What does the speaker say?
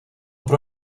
pro